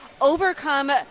overcome